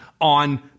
on